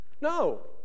No